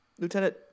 Lieutenant